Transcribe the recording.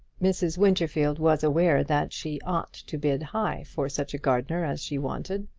mrs. winterfield was aware that she ought to bid high for such a gardener as she wanted.